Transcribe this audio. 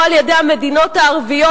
או על-ידי המדינות הערביות,